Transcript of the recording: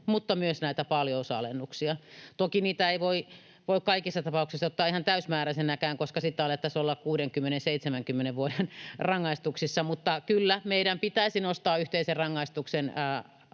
mutta myös näitä paljousalennuksia. Toki niitä ei voi kaikissa tapauksissa ottaa ihan täysimääräisinäkään, koska sitten alettaisiin olla 60—70 vuoden rangaistuksissa, mutta kyllä meidän pitäisi nostaa yhteisen rangaistuksen